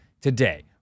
today